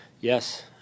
Yes